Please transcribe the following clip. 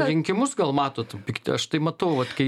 rinkimus gal matot pikti aš tai matau vat kai